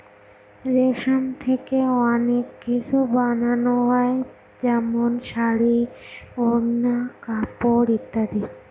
রেশম থেকে অনেক কিছু বানানো যায় যেমন শাড়ী, ওড়না, কাপড় ইত্যাদি